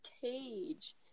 cage